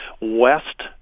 west